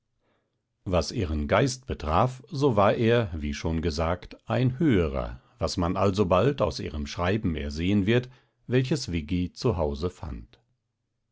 was ihren geist betrifft so war er wie schon gesagt ein höherer was man alsobald aus ihrem schreiben ersehen wird welches viggi zu hause fand